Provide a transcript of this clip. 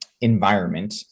environment